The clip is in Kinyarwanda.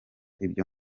ibyo